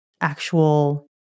actual